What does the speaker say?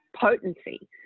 potency